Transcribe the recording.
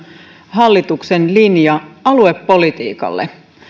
hallituksen linja aluepolitiikassa